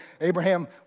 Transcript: Abraham